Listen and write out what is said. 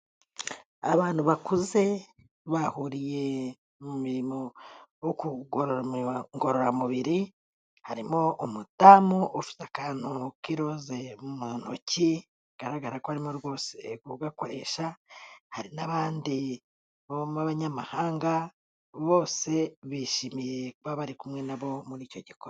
Abantu bakuze bahuriye mu mirimo ngororamubiri harimo umudamu ufite akantu k'iroza mu ntoki, bigaragara ko arimo rwose kugakoresha hari n'abandi b' abanyamahanga, bose bishimiye kuba bari kumwe nabo muri icyo gikorwa.